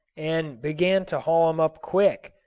and began to haul him up quick,